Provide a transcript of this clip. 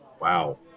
wow